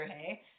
Hey